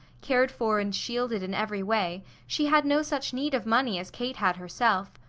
cared for and shielded in every way, she had no such need of money as kate had herself.